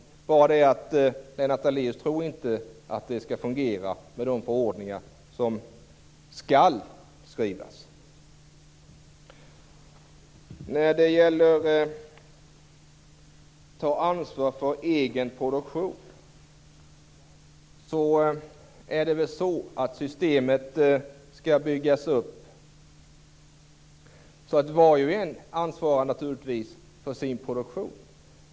Det är bara det att Lennart Daléus inte tror att det kommer att fungera med de förordningar som skall skrivas. När det gäller att ta ansvar för egen produktion skall väl systemet byggas upp så att var och en ansvarar för sin produktion.